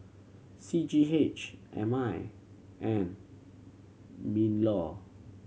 C G H M I and MinLaw